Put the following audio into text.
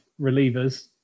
relievers